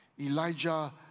Elijah